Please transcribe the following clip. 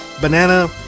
banana